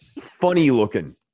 funny-looking